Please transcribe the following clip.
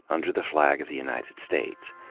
under the flag of the united states.